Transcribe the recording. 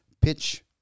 Pitch